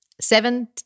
seven